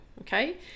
okay